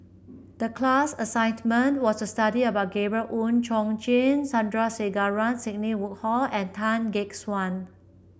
the class was to study about Gabriel Oon Chong Jin Sandrasegaran Sidney Woodhull and Tan Gek Suan